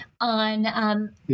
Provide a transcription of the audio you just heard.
on